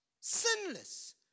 sinless